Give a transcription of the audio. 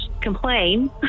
complain